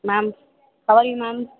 ma'am how are you ma'am